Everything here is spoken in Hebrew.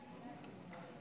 בבקשה.